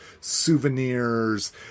souvenirs